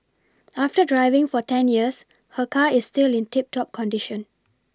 after driving for ten years her car is still in tip top condition